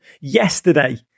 Yesterday